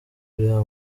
ureba